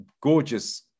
gorgeous